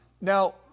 Now